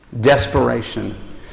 desperation